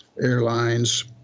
airlines